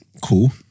cool